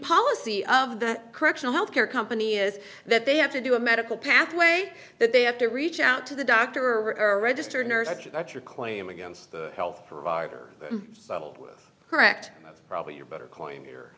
the correctional health care company is that they have to do a medical pathway that they have to reach out to the doctor or a registered nurse that your claim against the health provider settled with correct probably your better coin here